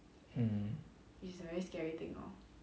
mm